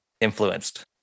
influenced